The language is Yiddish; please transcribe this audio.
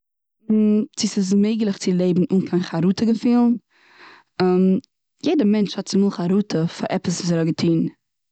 צו ס'איז מעגליך צו לעבן אן קיין חרטה געפילן. יעדע מענטש האט צומאל חרטה פאר עפעס וואס ער האט אמאל געטון.